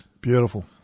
Beautiful